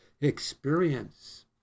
experience